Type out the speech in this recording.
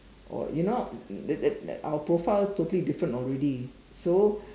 or you know that that our profile is totally different already so